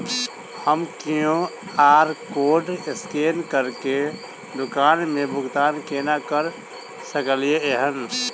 हम QR code scan करके दुकान मे भुगतान केना करऽ सकलिये एहन?